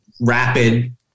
rapid